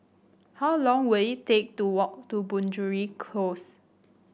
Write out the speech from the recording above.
how long will it take to walk to Penjuru Close